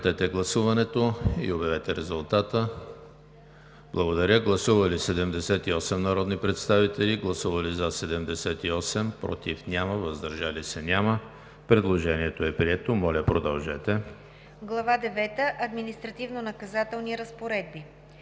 девета – Административнонаказателни разпоредби“.